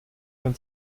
wenn